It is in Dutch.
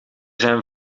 zijn